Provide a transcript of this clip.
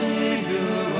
Savior